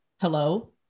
hello